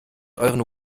euren